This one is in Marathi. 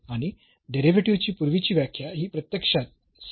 आणि डेरिव्हेटिव्हची पूर्वीची व्याख्या ही प्रत्यक्षात समतुल्य आहेत